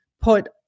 put